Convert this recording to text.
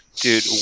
Dude